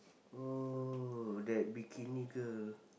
oh that bikini girl